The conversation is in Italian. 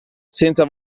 senza